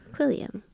Quilliam